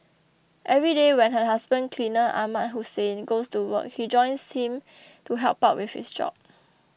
every day when her husband cleaner Ahmad Hussein goes to work she joins him to help out with his job